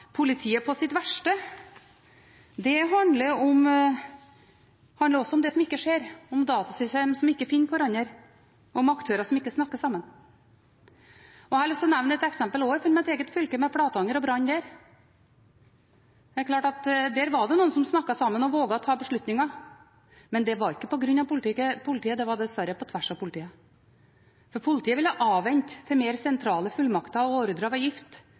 politiet «på sitt verste» handler «også om det som ikke skjer», om datasystemer som ikke finner hverandre, om «aktører som ikke snakker sammen». Jeg har lyst til å nevne et eksempel fra mitt eget fylke, nemlig brannen i Flatanger. Der var det noen som snakket sammen og våget å ta beslutninger, men det var ikke på grunn av politiet – det var dessverre på tvers av politiet. Politiet ville avvente til mer sentrale fullmakter og ordre